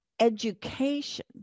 education